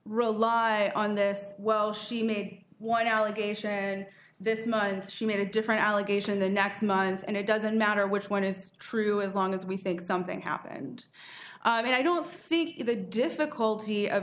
rely on this well she made one allegation and this month she made a different allegation the next month and it doesn't matter which one is true as long as we think something happened and i don't think the difficulty of